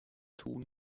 tun